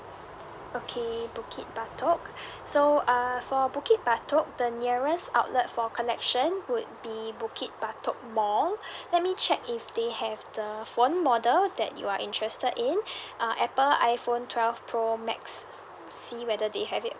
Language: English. okay bukit batok so uh for bukit batok the nearest outlet for collection would be bukit batok mall let me check if they have the phone model that you are interested in uh apple iphone twelve pro max see whether they have it